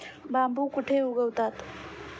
बांबू कुठे उगवतात?